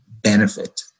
benefit